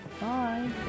Bye